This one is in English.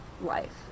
life